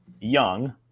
young